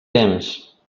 temps